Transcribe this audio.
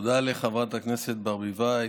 תודה לחברת הכנסת ברביבאי.